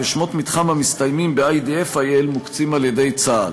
ושמות מתחם המסתיימים ב-idf.il מוקצים על-ידי צה"ל.